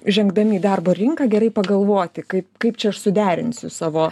žengdami į darbo rinką gerai pagalvoti kaip kaip čia aš suderinsiu savo